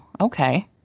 okay